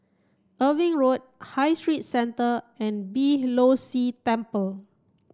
Irving Road High Street Centre and Beeh Low See Temple